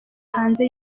hanze